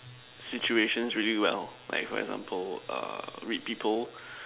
situations really well like for example err read people